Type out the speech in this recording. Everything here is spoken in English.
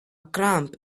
cramp